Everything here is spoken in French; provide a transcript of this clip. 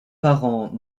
parents